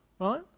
right